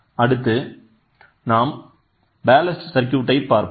அடுத்து நாம் ballast circuit ஐ பார்ப்போம்